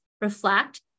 reflect